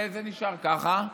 וזה נשאר ככה.